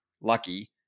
lucky